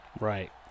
Right